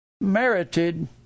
merited